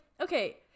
okay